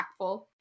impactful